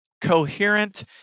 coherent